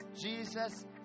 Jesus